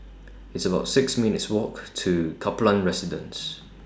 It's about six minutes' Walk to Kaplan Residence